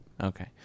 okay